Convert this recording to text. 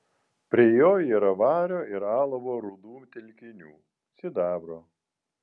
prie jo yra vario ir alavo rūdų telkinių sidabro